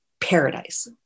paradise